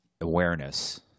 awareness